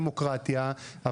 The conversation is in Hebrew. דמוקרטיה,